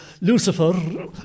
Lucifer